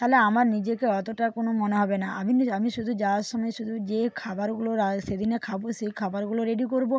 তাহলে আমার নিজেকে অতটা কোনও মনে হবে না আমি নিজে আমি শুধু যাওয়ার সময় শুধু যে খাবারগুলো সেদিনে খাবো সেই খাবারগুলো রেডি করব